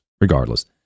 regardless